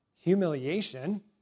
humiliation